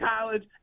college